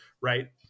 right